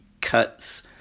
cuts